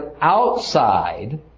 outside